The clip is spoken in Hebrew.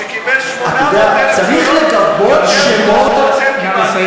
שקיבל 800,000 קולות יותר ממה שאתם קיבלתם.